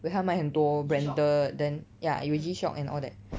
where 他卖很多 branded then ya 有 G Shock and all that